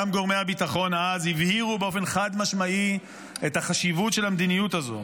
גם גורמי הביטחון אז הבהירו באופן חד-משמעי את החשיבות של המדיניות הזו,